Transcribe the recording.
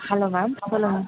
hello ma'am சொல்லுங்க